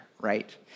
right